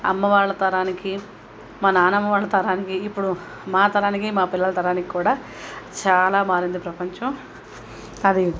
అమ్మ వాళ్ళ తరానికి మా నానమ్మ వాళ్ళ తరానికి ఇప్పుడు మా తరానికి మా పిల్లల తరానికి కూడా చాలా మారింది ప్రపంచం అది